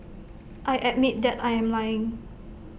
I admit that I am lying